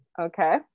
Okay